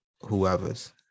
whoever's